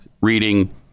reading